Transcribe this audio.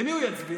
למי הוא יצביע?